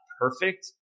perfect